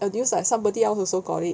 a news like somebody else also got it